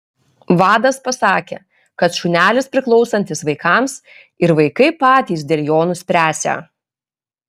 vadas pasakė kad šunelis priklausantis vaikams ir vaikai patys dėl jo nuspręsią